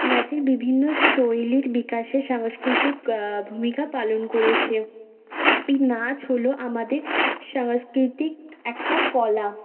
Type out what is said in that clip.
নাচের বিভিন্ন শৈলীর বিকাশে সাংস্কৃতিক ভূমিকা পালন করেছে এই নাচ হল আমাদের সাংস্কৃতিক একটা কলা